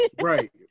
Right